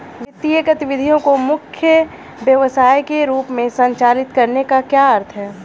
वित्तीय गतिविधि को मुख्य व्यवसाय के रूप में संचालित करने का क्या अर्थ है?